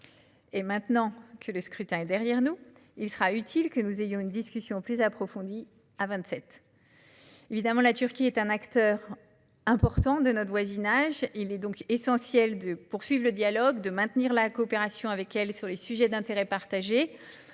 Maintenant que le scrutin est derrière nous, il sera utile que nous ayons une discussion plus approfondie à vingt-sept. La Turquie est évidemment un acteur important de notre voisinage : il est par conséquent essentiel de poursuivre le dialogue et de maintenir la coopération avec elle sur les sujets d'intérêt partagé